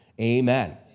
Amen